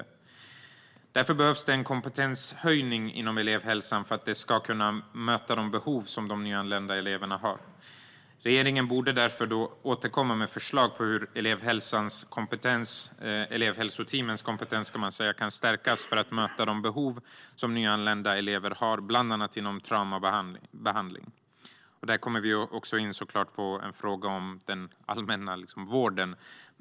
Därför behövs det en kompetenshöjning inom elevhälsan för att den ska kunna möta de behov som de nyanlända eleverna har. Regeringen borde därför återkomma med förslag till hur elevhälsoteamens kompetens kan stärkas för att möta dessa elevers behov, bland annat inom traumabehandling. Där kommer vi såklart också in på frågan om den allmänna vården.